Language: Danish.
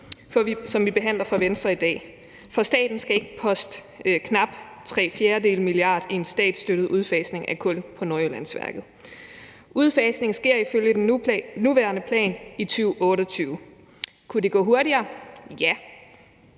som vi behandler i dag, for staten skal ikke poste knap tre fjerdedele milliard kroner i en statsstøttet udfasning af kul på Nordjyllandsværket. Udfasningen sker ifølge i den nuværende plan i 2028. Kunne det gå hurtigere? Ja,